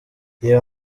reba